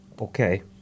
Okay